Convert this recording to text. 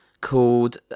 called